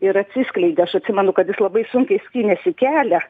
ir atsiskleidė aš atsimenu kad jis labai sunkiai skynėsi kelią